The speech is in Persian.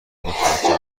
متوجه